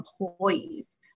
employees